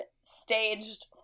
staged